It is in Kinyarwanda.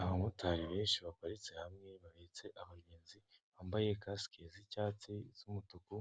Abamotari benshi baparitse hamwe bahetse abagenzi bambaye kasike z'icyatsi z'umutuku,